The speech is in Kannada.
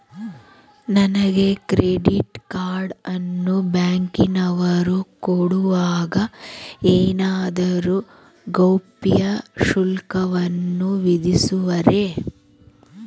ನನಗೆ ಕ್ರೆಡಿಟ್ ಕಾರ್ಡ್ ಅನ್ನು ಬ್ಯಾಂಕಿನವರು ಕೊಡುವಾಗ ಏನಾದರೂ ಗೌಪ್ಯ ಶುಲ್ಕವನ್ನು ವಿಧಿಸುವರೇ?